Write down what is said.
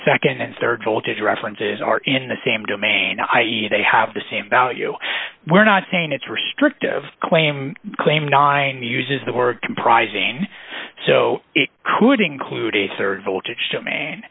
the nd and rd voltage references are in the same domain i e they have the same value we're not saying it's restrictive claim claim nine uses the word comprising so it could include a rd voltage domain